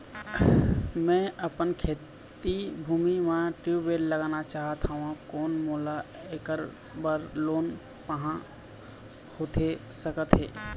मैं अपन खेती भूमि म ट्यूबवेल लगवाना चाहत हाव, कोन मोला ऐकर बर लोन पाहां होथे सकत हे?